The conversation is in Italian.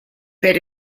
per